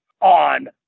on